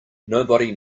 nobody